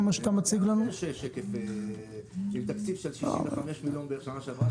יש תקציב של 65 מיליון לשנה שעברה,